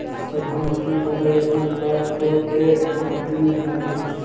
प्रधानमंत्री बाला योजना के लाभ तो ले रहल्खिन ह न?